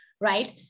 right